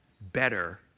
better